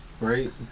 Right